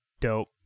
Dope